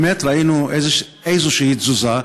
באמת ראינו איזושהי תזוזה,